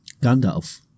Gandalf